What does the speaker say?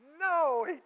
No